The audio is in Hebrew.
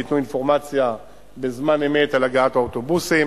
שייתנו אינפורמציה בזמן אמת על הגעת האוטובוסים.